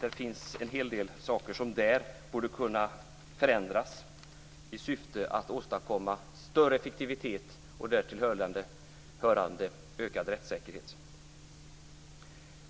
Det finns en hel del saker där som borde kunna förändras i syfte att åstadkomma större effektivitet och därtill hörande ökad rättssäkerhet.